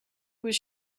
was